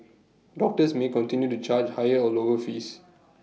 doctors may continue to charge higher or lower fees